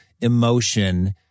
emotion